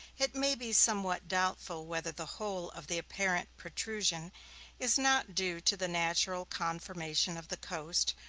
it may be somewhat doubtful whether the whole of the apparent protrusion is not due to the natural conformation of the coast,